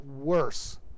worse